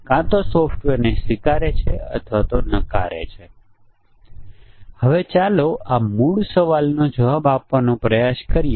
તેથી આપણે ઇનપુટ કિંમતોના આ કોષ્ટકને ફરીથી ગોઠવીએ છીએ કે જેથી ડાબી બાજુની કોલમ સૌથી વધુ સંભવિત મૂલ્યોની સંખ્યા ધરાવે છે